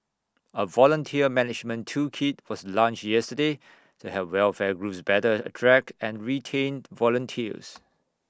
A volunteer management toolkit was launched yesterday to help welfare groups better attract and retained volunteers